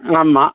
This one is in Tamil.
ஆமாம்